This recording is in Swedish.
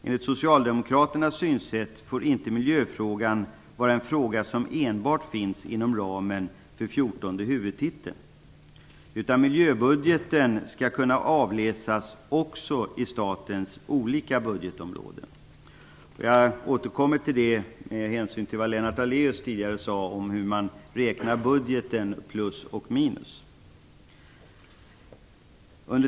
Enligt Socialdemokraternas synsätt får inte miljöfrågan vara en fråga som enbart finns inom ramen för fjortonde huvudtiteln, utan miljöbudgeten skall kunna avläsas också i statens olika budgetområden. Jag återkommer till det, med hänsyn till vad Lennart Daléus tidigare sade om hur man räknar plus och minus i budgeten.